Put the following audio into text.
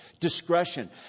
discretion